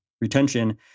retention